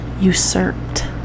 usurped